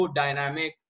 dynamic